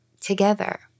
together